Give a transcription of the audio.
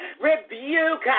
rebuke